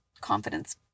confidence